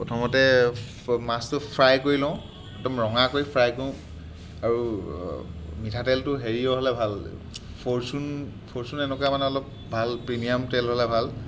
প্ৰথমতে ফ মাছটো ফ্ৰাই কৰি লওঁ একদম ৰঙা কৰি ফ্ৰাই কৰোঁ আৰু মিঠাতেলটো হেৰি হ'লে ভাল ফৰচুন ফৰচুন এনেকুৱা মানে অলপ ভাল প্ৰিমিয়াম তেল হ'লে ভাল